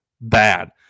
bad